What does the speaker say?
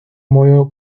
мою